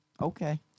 Okay